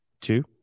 two